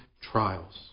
trials